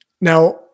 Now